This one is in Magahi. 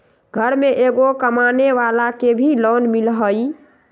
घर में एगो कमानेवाला के भी लोन मिलहई?